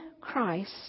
Christ